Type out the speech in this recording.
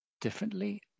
differently